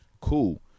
cool